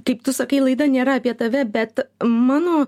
kaip tu sakai laida nėra apie tave bet mano